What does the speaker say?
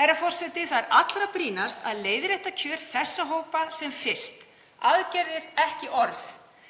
Herra forseti. Það er allra brýnast að leiðrétta kjör þessa hópa sem fyrst. Aðgerðir, ekki orð.